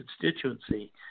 constituency